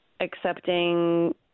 accepting